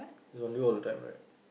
it's on you all the time right